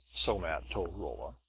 somat told rolla,